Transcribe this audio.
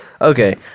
Okay